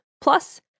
plus